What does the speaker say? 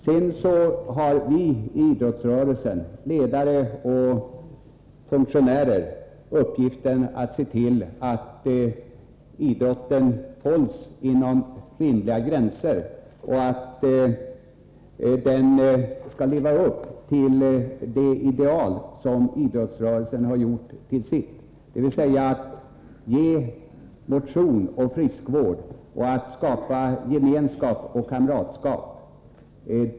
Ledare och funktionärer inom idrottsrörelsen har uppgiften att se till att idrotten hålls inom rimliga gränser och lever upp till det ideal som idrottsrörelsen har gjort till sitt, dvs. att ge motion och friskvård, gemenskap och kamratskap.